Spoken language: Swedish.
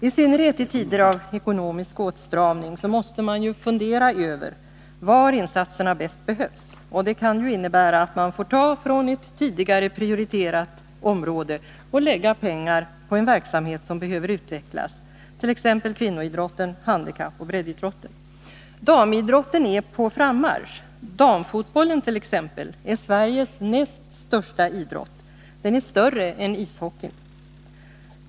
I synnerhet i tider av ekonomisk åtstramning måste man fundera över var insatserna bäst behövs, och det kan innebära att man får ta från ett tidigare prioriterat område och lägga pengar på de verksamheter som behöver utvecklas, t.ex. kvinnoidrotten, handikappidrotten och breddidrotten. Damidrotten är på frammarsch. Damfotbollen t.ex. är Sveriges näst största idrott. Den är större än ishockey.